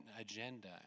agenda